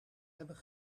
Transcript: hebben